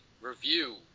review